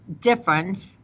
different